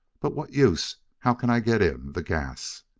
but what use? how can i get in? the gas